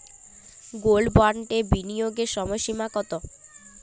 Gold বন্ডে বিনিয়োগের সময়সীমা কতো?